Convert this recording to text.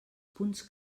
punts